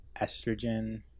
estrogen